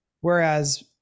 Whereas